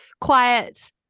quiet